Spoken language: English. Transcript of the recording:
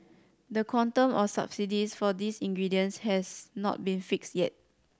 the quantum of subsidies for these ingredients has not been fixed yet